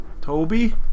Toby